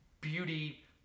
beauty